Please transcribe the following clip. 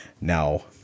Now